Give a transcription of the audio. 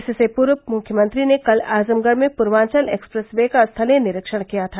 इससे पूर्व मुख्यमंत्री ने कल आजमगढ़ में पूर्वांचल एक्सप्रेस वे का स्थलीय निरीक्षण किया था